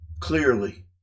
clearly